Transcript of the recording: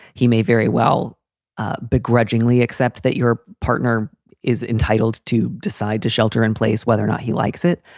he may very well ah begrudgingly accept that your partner is entitled to decide to shelter in place whether or not he likes it,